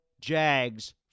Jags